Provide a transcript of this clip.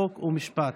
חוק ומשפט.